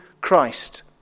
Christ